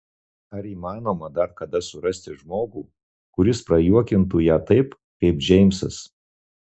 ar įmanoma dar kada surasti žmogų kuris prajuokintų ją taip kaip džeimsas